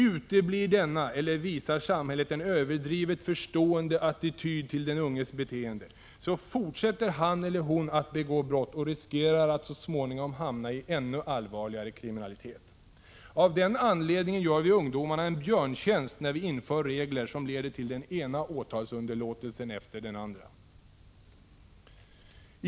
Uteblir denna eller visar samhället en överdrivet förstående attityd till den unges beteende, fortsätter han eller hon att begå brott och riskerar att så småningom hamna i ännu allvarligare kriminalitet. Av den anledningen gör vi ungdomarna en björntjänst när vi inför regler som leder till den ena åtalsunderlåtelsen efter den andra.